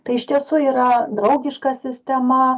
tai iš tiesų yra draugiška sistema